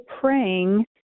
praying